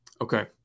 Okay